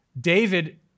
David